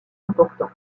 important